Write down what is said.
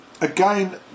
again